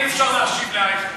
אי-אפשר להשיב לאייכלר.